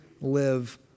live